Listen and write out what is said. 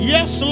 Yes